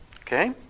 Okay